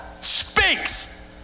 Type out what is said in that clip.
speaks